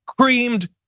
creamed